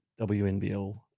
WNBL